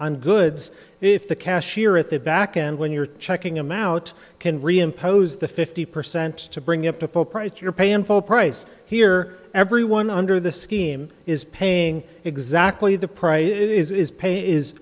on goods if the cashier at the back and when you're checking them out can reimpose the fifty percent to bring you up to full price you're paying full price here everyone under the scheme is paying exactly the price is